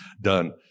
done